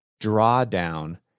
drawdown